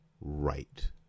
right